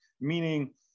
meaning